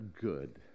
good